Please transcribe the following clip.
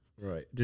Right